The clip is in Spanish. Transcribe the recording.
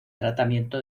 tratamiento